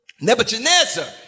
Nebuchadnezzar